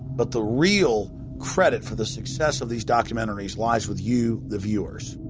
but the real credit for the success of these documentaries lies with you, the viewers.